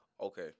Okay